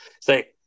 Say